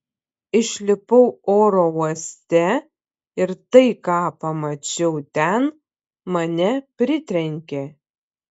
išlipau oro uoste ir tai ką pamačiau ten mane pritrenkė